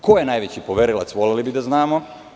Ko je najveći poverilac voleli bi da znamo?